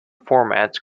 formats